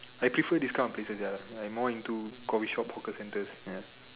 I prefer this kind of places ya like more into coffee shops hawker centres ya